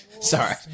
Sorry